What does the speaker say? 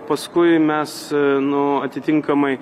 paskui mes nu atitinkamai